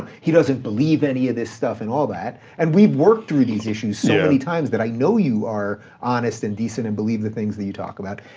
he doesn't believe any of this stuff, and all that, and we've worked through these issues so many times that i know you are honest and decent and believe the things that you talk about,